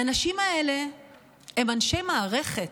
האנשים האלה הם אנשי מערכת.